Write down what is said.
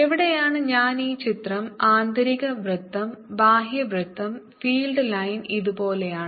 എവിടെയാണ് ഞാൻ ഈ ചിത്രം ആന്തരിക വൃത്തം ബാഹ്യ വൃത്തം ഫീൽഡ് ലൈൻ ഇതുപോലെയാണ്